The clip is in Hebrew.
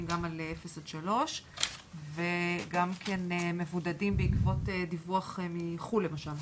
גם על 0 עד 3 וגם כן מבודדים בעקבות דיווח מחו"ל למשל,